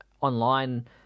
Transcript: online